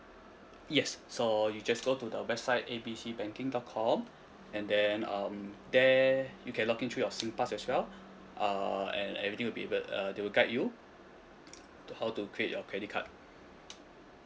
yes so you just go to the website A B C banking dot com and then um there you can log into your singpass as well uh and everything will be able uh they will guide you to how to create your credit card